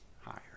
higher